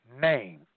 name